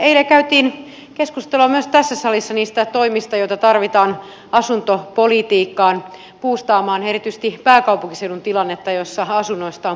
eilen käytiin keskustelua myös tässä salissa niistä toimista joita tarvitaan asuntopolitiikkaan buustaamaan erityisesti pääkaupunkiseudun tilannetta jossa asunnoista on pulaa